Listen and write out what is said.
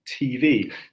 TV